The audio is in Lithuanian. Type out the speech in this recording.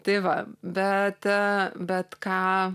tai va bet bet ką